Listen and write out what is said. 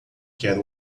quer